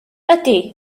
ydy